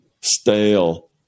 stale